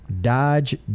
Dodge